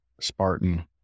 Spartan